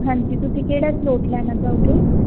ਹਾਂਜੀ ਤੁਸੀਂ ਕਿਹੜਾ ਸਲੋਟ ਲੈਣਾ ਚਾਹੋਗੇ